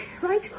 right